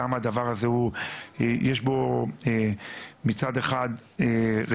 כמה הדבר הזה יש בו מצד אחד רגישות,